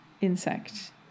insect